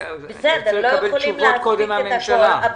אנחנו צריכים לקבל תשובה מהממשלה.